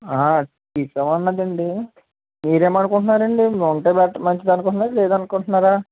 ఈసారి ఏమిటండి మీరు ఏమి అనుకుంటున్నారు అండి ఉంటే బెటర్ మంచిది అనుకుంటున్నారా లేదనుకుంటున్నారా